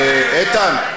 איתן.